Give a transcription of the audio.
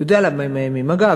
אתה יודע למה הם מאיימים, אגב.